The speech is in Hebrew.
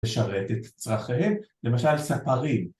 לשרת את צרכיהם, למשל ספרים